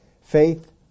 Faith